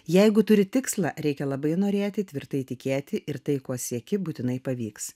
jeigu turi tikslą reikia labai norėti tvirtai tikėti ir tai ko sieki būtinai pavyks